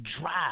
drive